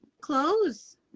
clothes